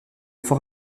fort